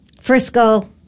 Frisco